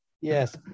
Yes